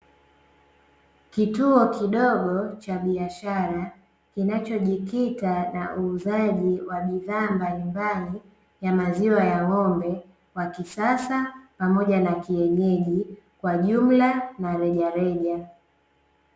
Kituo kidogo cha biashara kinachojikita na uuzaji wa bidhaa mbalimbali ya maziwa ya ng'ombe wa kisasa pamoja na kienyeji kwa jumla na reja reja.